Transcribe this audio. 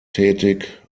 tätig